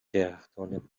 درختان